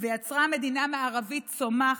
ויצרה מדינה מערבית צומחת,